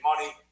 money